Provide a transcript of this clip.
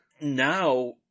Now